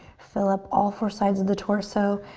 fill up all four sides of the torso.